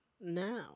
now